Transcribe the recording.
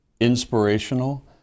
inspirational